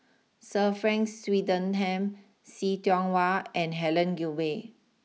Sir Frank Swettenham see Tiong Wah and Helen Gilbey